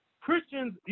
Christians